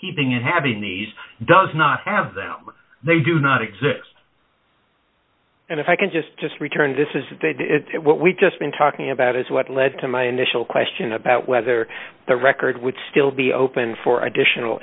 keeping it having these does not have them they do not exist and if i can just just return this is it what we've just been talking about is what led to my initial question about whether the record would still be open for additional